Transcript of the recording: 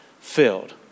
filled